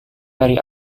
dari